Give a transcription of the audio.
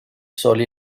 sol